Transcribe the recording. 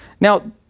Now